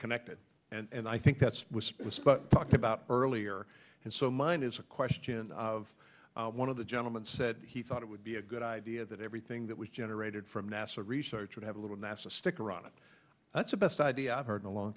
connected and i think that's was talked about earlier and so mine is a question of one of the gentleman said he thought it would be a good idea that everything that was generated from nasa research would have a little nasa sticker on it that's the best idea i've heard along